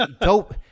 Dope